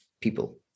people